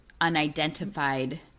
unidentified